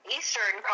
Eastern